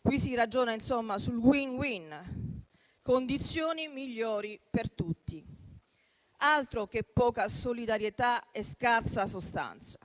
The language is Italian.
Qui si ragiona insomma sul *win-win*, condizioni migliori per tutti. Altro che poca solidarietà e scarsa sostanza.